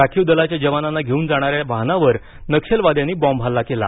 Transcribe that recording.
राखीव दलाच्या जवानांना घेऊन जाणाऱ्या वाहनावर नक्षलवाद्यांनी बॉम्बहल्ला केला